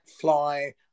fly